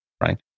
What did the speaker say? right